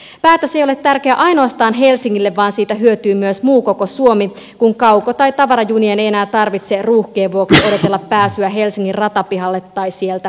päätös ei ole tärkeä ainoastaan helsingille vaan siitä hyötyy myös koko muu suomi kun kauko tai tavarajunien ei enää tarvitse ruuhkien vuoksi odotella pääsyä helsingin ratapihalle tai sieltä pois